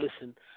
listen